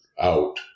out